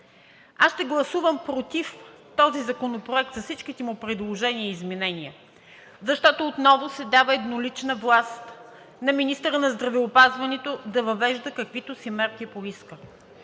Аз ще гласувам против този законопроект с всичките му предложения и изменения, защото отново се дава еднолична власт на министъра на здравеопазването да въвежда каквито мерки си поиска.